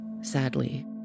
sadly